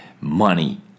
money